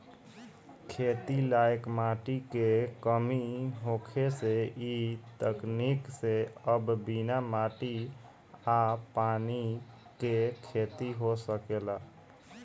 खेती लायक माटी के कमी होखे से इ तकनीक से अब बिना माटी आ पानी के खेती हो सकेला